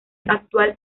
actual